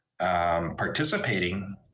Participating